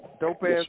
Dope-ass